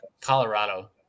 Colorado